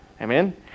Amen